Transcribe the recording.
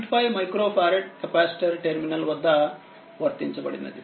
5 micro farad capacitor terminal వద్ద వర్తించబడినది